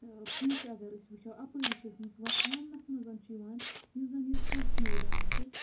پوٗنٛچھ اَگر أسۍ وٕچھَو اَپٲری چھِ ٲسمٕژ وَتھ ونٛنَس منٛز چھُ یِوان یُس زَن یہِ توسہٕ مٲدان چھُ